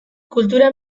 kultura